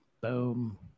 Boom